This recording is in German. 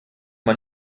man